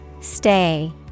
Stay